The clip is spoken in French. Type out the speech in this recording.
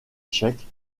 tchèque